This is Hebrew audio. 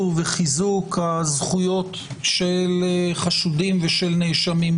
וחיזוק הזכויות של חשודים ושל נאשמים.